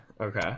Okay